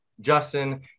Justin